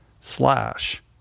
slash